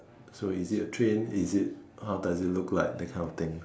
so is it a train is it how does it look like that kind of thing